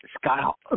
Scott